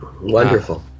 Wonderful